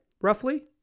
roughly